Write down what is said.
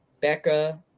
Becca